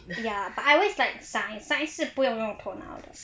ya but I always like science science 是不用头脑的